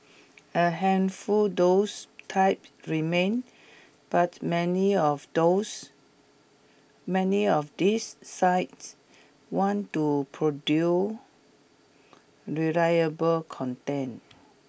a handful those type remain but many of those many of these sites want to produce reliable content